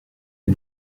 est